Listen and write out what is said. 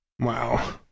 Wow